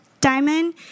Diamond